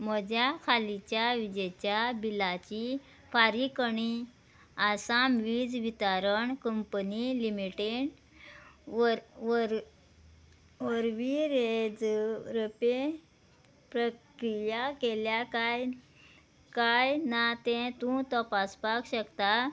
म्हज्या हालींच्या विजेच्या बिलाची फारीकणी आसाम वीज वितरण कंपनी लिमिटेड वर वर वरवीं रेजर पे प्रक्रिया केल्या काय काय ना तें तूं तपासपाक शकता